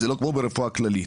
זה לא כמו ברפואה כללית.